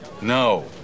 No